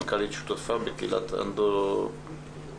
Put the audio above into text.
מנכ"לית שותפה בקהילת אנדומטריוזיס.